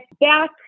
back